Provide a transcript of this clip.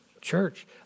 Church